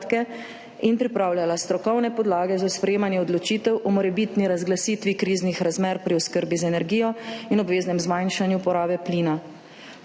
in pripravljala strokovne podlage za sprejemanje odločitev o morebitni razglasitvi kriznih razmer pri oskrbi z energijo in obveznem zmanjšanju porabe plina.